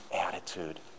attitude